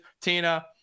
Tina